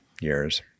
years